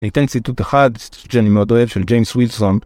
אתן ציטוט אחד, שאני מאוד אוהב, של ג'יימס ווילסון.